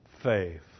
faith